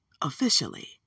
officially